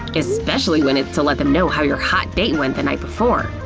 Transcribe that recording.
especially when it's to let them know how your hot date went the night before.